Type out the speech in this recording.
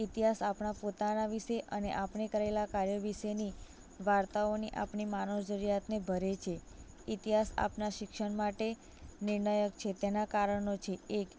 ઇતિહાસ આપણા પોતાના વિશે અને આપણે કરેલાં કાર્યો વિશેની વાર્તાઓની આપણી માનવ જરૂરિયાતને ભરે છે ઇતિહાસ આપના શિક્ષણ માટે નિર્ણાયક છે તેના કારણો છે એક